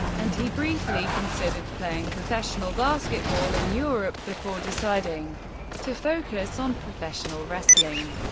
and he briefly considered playing professional basketball in europe before deciding to focus on professional wrestling.